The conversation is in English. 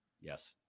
Yes